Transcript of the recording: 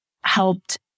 helped